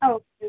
ആ okay okay